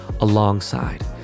alongside